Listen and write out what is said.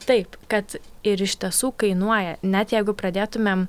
taip kad ir iš tiesų kainuoja net jeigu pradėtumėm